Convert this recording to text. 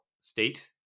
state